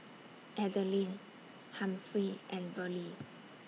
Adelyn Humphrey and Verlie